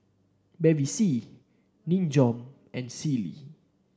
Bevy C Nin Jiom and Sealy